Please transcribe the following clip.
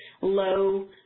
low